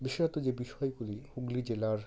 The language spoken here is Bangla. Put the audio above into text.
বিশেষত যে বিষয়গুলি হুগলি জেলার